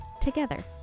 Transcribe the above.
together